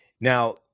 Now